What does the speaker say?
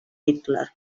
hitler